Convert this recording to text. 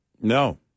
No